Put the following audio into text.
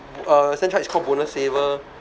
eh stan chart is called bonus saver